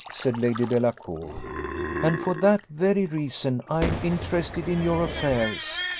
said lady delacour and for that very reason i am interested in your affairs,